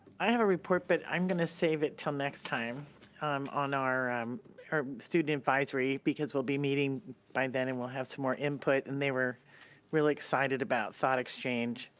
i have a report but i'm gonna save it till next time on our um our student advisory because we'll be meeting by then and we'll have some more input and they were really excited about thought exchange,